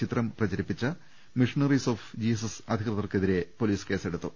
ചിത്രം പ്രചരിപ്പിച്ച missionaries of Jesus അധികൃതർക്കെതിരെ പൊലീസ് കേസെടുത്തു